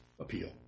Appeal